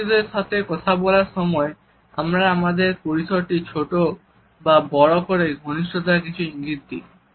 পরিচিতদের সাথে কথা বলার সময় আমরা আমাদের পরিসরটিকে ছোট বা বড় করে ঘনিষ্ঠতার কিছু ইঙ্গিত দিই